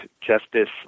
justice